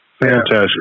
Fantastic